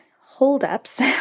holdups